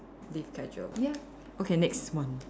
live casual ya okay next one